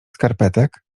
skarpetek